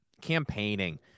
campaigning